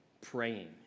praying